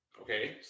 Okay